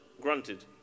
granted